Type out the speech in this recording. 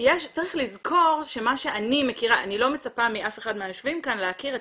צריך לזכור שמה שאני מכירה אני לא מצפה מאף אחד מהיושבים כאן להכיר את